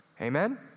Amen